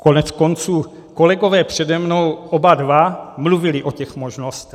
Koneckonců kolegové přede mnou oba dva mluvili o těch možnostech.